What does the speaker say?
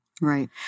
Right